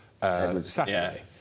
Saturday